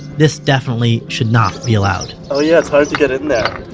this definitely should not be allowed oh yeah, it's hard to get in there.